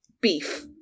beef